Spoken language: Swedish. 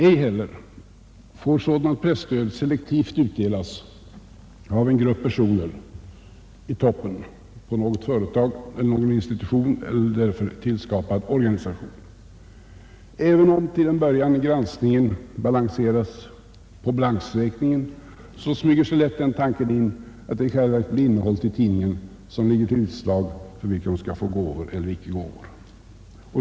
Ej heller får sådant presstöd selektivt utdelas av en grupp personer i toppen på något företag, någon institution eller därför tillskapad organisation. Även om till en början granskningen baseras på balansräkningen smyger sig lätt den tanken in, att det i själva verket blir innehållet i tidningen som ligger till grund för om den skall få gåvor eller icke.